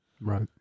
Right